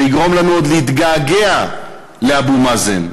שיגרום לנו עוד להתגעגע לאבו מאזן.